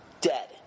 dead